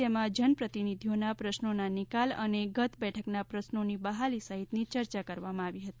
જેમાં જનપ્રતિનિધિઓના પ્રશ્નોના નિકાલ અને ગત બેઠકના પ્રશ્નોની બહાલી સહિતની યર્ચા કરવામાં આવી હતી